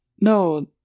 No